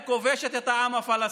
אמר פרופ'